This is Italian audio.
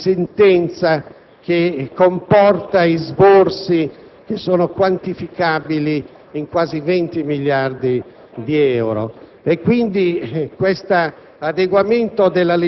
gli effetti di una sentenza che comporta esborsi quantificabili in quasi 20 miliardi di euro e quindi questo